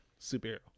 superhero